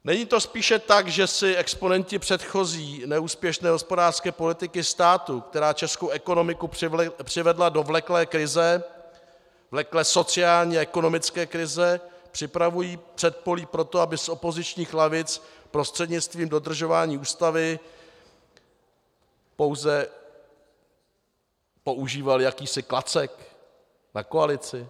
Není to spíše tak, že si exponenti předchozí neúspěšné hospodářské politiky státu, která českou ekonomiku přivedla do vleklé krize, vleklé sociální a ekonomické krize, připravují předpolí pro to, aby z opozičních lavic prostřednictvím dodržování ústavy pouze používali jakýsi klacek na koalici?